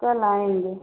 कल आएँगे